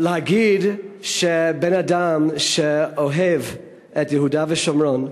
להגיד שבן-אדם שאוהב את יהודה ושומרון,